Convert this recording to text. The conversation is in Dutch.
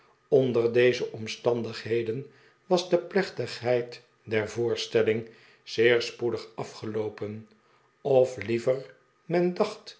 onder deze omstandigheden was de plechtigheid der voorstelling zeer spoedig afgeloopen of liever